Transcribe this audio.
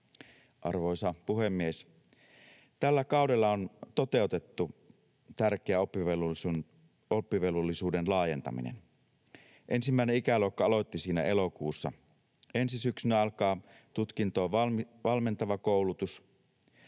Arvoisa puhemies! Tällä kaudella on toteutettu tärkeä oppivelvollisuuden laajentaminen. Ensimmäinen ikäluokka aloitti siinä elokuussa. Ensi syksynä alkaa tutkintoon valmentava koulutus.